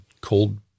cold